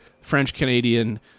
French-Canadian